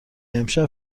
امشب